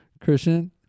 Christian